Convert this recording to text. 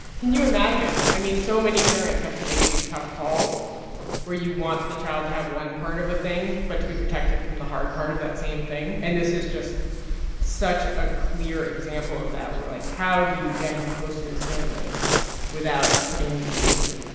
can you imagine? i mean, so many parents have to make these tough calls where you want the child to have one part of a thing but to be protected from the hard part of that same thing. and this is just such a clear example of that, where, like, how do you get him closer to his family without putting him in danger?